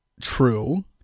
True